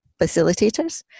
facilitators